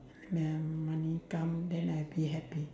money come then I'll be happy